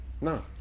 No